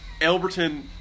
Elberton –